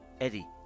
Eddie